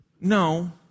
No